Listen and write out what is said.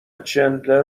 چندلر